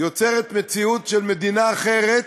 יוצרת מציאות של מדינה אחרת,